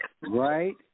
Right